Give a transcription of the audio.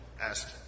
asked